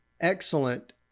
excellent